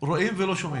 נשמע.